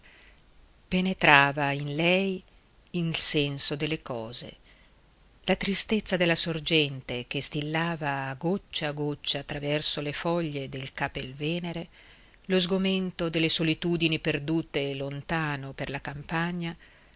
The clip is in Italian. penetrava in lei il senso delle cose la tristezza della sorgente che stillava a goccia a goccia attraverso le foglie del capelvenere lo sgomento delle solitudini perdute lontano per la campagna